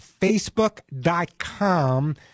Facebook.com